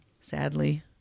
sadly